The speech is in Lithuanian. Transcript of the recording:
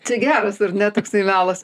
čia geras ar ne toksai melas